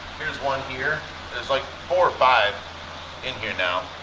here's one here there's like four or five in here now.